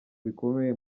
bikomeye